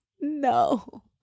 No